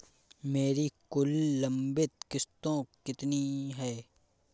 मेरी कुल लंबित किश्तों कितनी हैं?